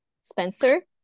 Spencer